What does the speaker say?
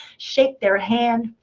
shake their hand,